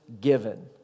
given